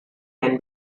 can